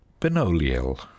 Benoliel